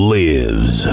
lives